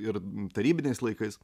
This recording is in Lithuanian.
ir tarybiniais laikais